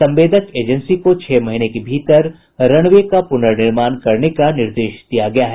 संवेदक एजेंसी को छह महीने के भीतर रनवे का पुनर्निर्माण करने का निर्देश दिया गया है